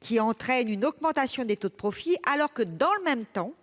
qui entraîne une augmentation des taux de profit, alors que, dans le même temps,